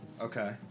Okay